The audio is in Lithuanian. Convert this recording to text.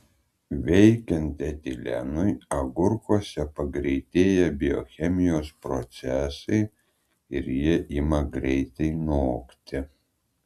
veikiant etilenui agurkuose pagreitėja biochemijos procesai ir jie ima greitai nokti